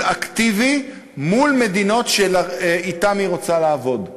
אקטיבי מול מדינות שאתן היא רוצה לעבוד.